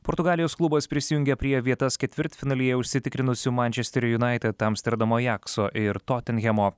portugalijos klubas prisijungė prie vietas ketvirtfinalyje užsitikrinusių mančesterio unaited amsterdamo ajakso ir totenhemo